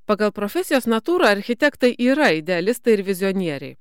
pagal profesijos natūrą architektai yra idealistai ir vizionieriai